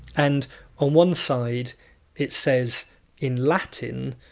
and on one side it says in latin!